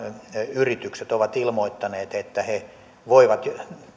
yritykset ovat ilmoittaneet että he voivat